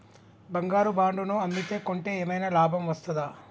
బంగారు బాండు ను అమ్మితే కొంటే ఏమైనా లాభం వస్తదా?